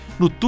no